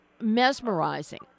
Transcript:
mesmerizing